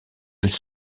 elles